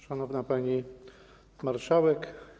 Szanowna Pani Marszałek!